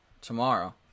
Tomorrow